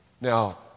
Now